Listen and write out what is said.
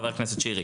חבר הכנסת שירי.